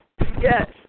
Yes